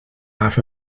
half